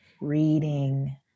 Reading